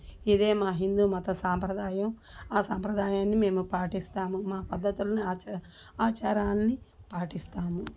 ఇదే మా హిందూ మత సాంప్రదాయం ఆ సంప్రదాయాన్ని మేము పాటిస్తాము మా పద్ధతులని ఆచ ఆచారాల్ని పాటిస్తాము